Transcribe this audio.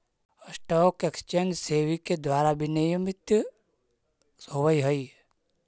stock exchange SEBI के द्वारा विनियमित होवऽ हइ